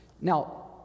Now